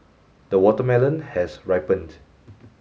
the watermelon has ripened